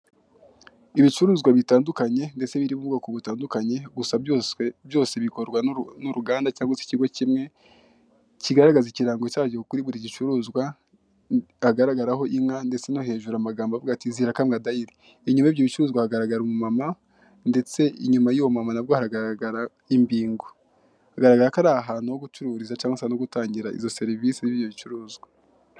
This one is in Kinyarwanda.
Ibicuruza bitandukanye ndetse biri m'ubwoko butandukanye gusa byose bikorwa n'uruganda cyangwa se ikigo kimwe kigaragaza ikirango usanga kuri buri gicuruzwa kigaragaraho inka ndetse no hejuru amagambo avugango '' zirakamwa dayiri'', inyuma yibyo bicuruzwa haragararagara umumama ndetse inyuma y'uwo mumama haragaragara imbingo, bigaragako ari ahantu ho gucururiza cyangwa se hogutangira serivise z'ibyo bicuruzwa